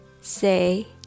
say